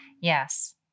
Yes